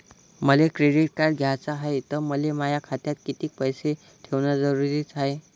मले credit card घ्याचं हाय, त मले माया खात्यात कितीक पैसे ठेवणं जरुरीच हाय?